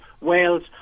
Wales